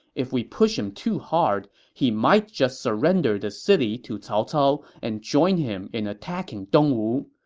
if we push him too hard, he might just surrender the city to cao cao and join him in attacking dongwu.